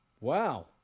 Wow